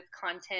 content